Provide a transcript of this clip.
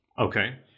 Okay